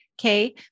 Okay